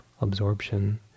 absorption